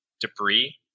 debris